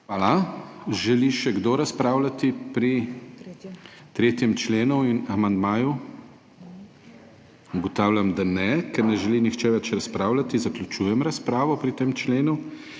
Hvala. Želi še kdo razpravljati pri 3. členu in amandmaju? Ugotavljam, da ne. Ker ne želi nihče več razpravljati, zaključujem razpravo pri tem členu.